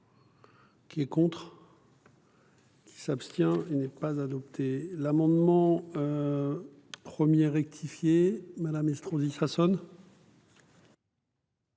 Qui est contre. Il s'abstient. Il n'est pas adopté l'amendement. 1er rectifié madame Estrosi Sassone.